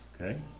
Okay